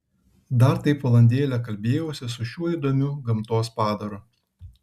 dar taip valandėlę kalbėjausi su šiuo įdomiu gamtos padaru